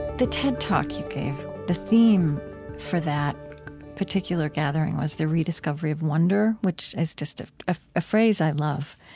the ted talk you gave, the theme for that particular gathering was the rediscovery of wonder, which is just a ah phrase i love.